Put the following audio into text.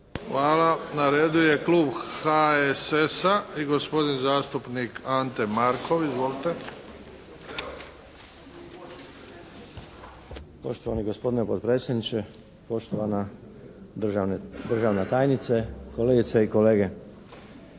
Hvala. Na redu je klub HSS-a i gospodin zastupnik Ante Markov. Izvolite. **Markov, Ante (HSS)** Poštovani gospodine potpredsjedniče, poštovana državna tajnice, kolegice i kolege.